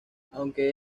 aunque